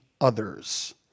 others